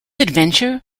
adventure